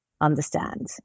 understand